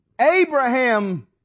Abraham